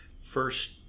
first